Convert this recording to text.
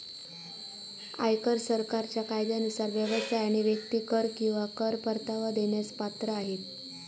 आयकर सरकारच्या कायद्यानुसार व्यवसाय आणि व्यक्ती कर किंवा कर परतावा देण्यास पात्र आहेत